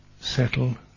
settle